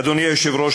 אדוני היושב-ראש,